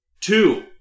Two